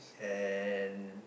and